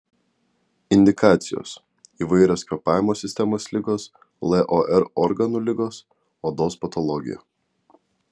indikacijos įvairios kvėpavimo sistemos ligos lor organų ligos odos patologija